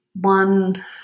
one